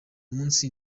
munsi